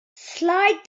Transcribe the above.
slide